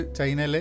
China